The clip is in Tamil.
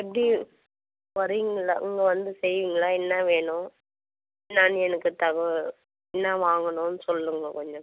எப்படி வரீங்களா நீங்க வந்து செய்வீங்களா என்ன வேணும் நான் எனக்கு தகவல் என்ன வாங்கணும்னு சொல்லுங்கள் கொஞ்சம்